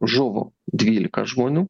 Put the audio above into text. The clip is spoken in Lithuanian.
žuvo dvylika žmonių